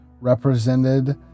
represented